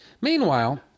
Meanwhile